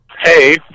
Hey